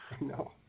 No